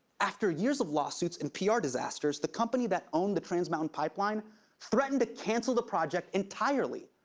after years of lawsuits and pr disasters, the company that owned the trans mountain pipeline threatened to cancel the project entirely.